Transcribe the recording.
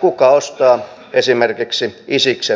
kuka ostaa esimerkiksi isiksen varastaman öljyn